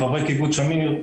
חברי קיבוץ שמיר,